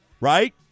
right